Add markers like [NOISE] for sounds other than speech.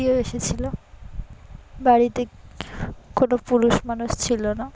[UNINTELLIGIBLE] এসেছিল বাড়িতে কোনো পুরুষ মানুষ ছিল না